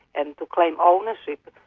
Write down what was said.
and to claim ownership,